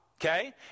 Okay